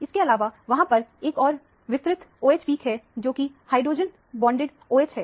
इससे अलावा वहां पर एक और विस्तृत OH पिक है जोकि एक हाइड्रोजन बॉन्डिंड OH है